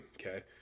okay